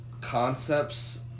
concepts